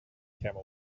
camel